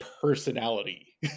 personality